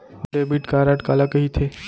Debit card काला कहिथे?